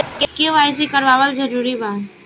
KYC करवावल जरूरी बा?